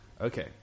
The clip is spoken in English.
Okay